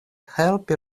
helpi